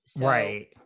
Right